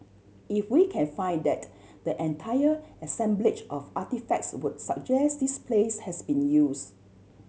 if we can find that the entire assemblage of artefacts would suggest this place has been use